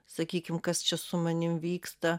sakykim kas čia su manim vyksta